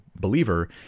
believer